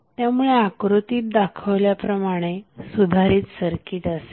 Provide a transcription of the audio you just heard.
त्यामुळे आकृतीत दाखवल्याप्रमाणे सुधारित सर्किट असेल